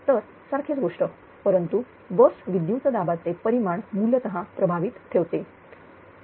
तर सारखेच गोष्ट परंतु बसविद्युत दाबाचे परिमाण मूलतः प्रभावित ठेवते